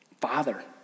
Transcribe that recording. father